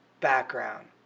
background